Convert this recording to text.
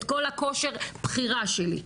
את כל הכושר בחירה שלי,